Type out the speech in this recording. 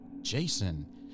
Jason